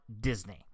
Disney